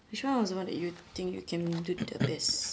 which one was the one that you think you can do the best